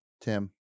Tim